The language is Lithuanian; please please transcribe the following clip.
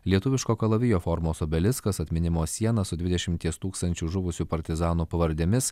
lietuviško kalavijo formos obeliskas atminimo sieną su dvidešimties tūkstančių žuvusių partizanų pavardėmis